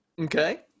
Okay